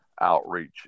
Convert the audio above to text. outreach